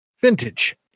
Vintage